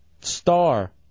Star